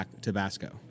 Tabasco